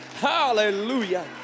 Hallelujah